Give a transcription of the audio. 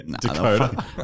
Dakota